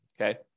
okay